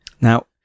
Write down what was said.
Now